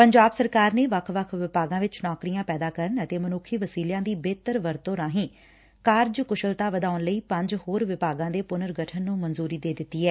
ਪੰਜਾਬ ਸਰਕਾਰ ਨੇ ਵੱਖ ਵੱਖ ਵਿਭਾਗਾਂ ਵਿੱਚ ਨੌਕਰੀਆਂ ਪੈਦਾ ਕਰਨ ਅਤੇ ਮਨੁੱਖੀ ਵਸੀਲਿਆਂ ਦੀ ਬਿਹਤਰ ਵਰਤੋਂ ਰਾਹੀਂ ਕਾਰਜਕੁਸ਼ਲਤਾ ਵਧਾਉਣ ਲਈ ਪੰਜ ਹੋਰ ਵਿਭਾਗਾਂ ਦੇ ਪੁਨਰਗਠਨ ਨੂੰ ਮਨਜੂਰੀ ਦੇ ਦਿੱਤੀ ਏ